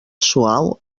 suau